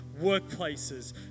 workplaces